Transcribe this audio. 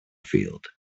field